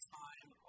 time